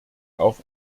auf